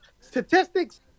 statistics